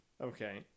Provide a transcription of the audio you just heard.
Okay